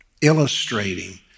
illustrating